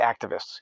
activists